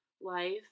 life